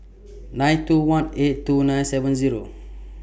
nine two one eight two nine seven Zero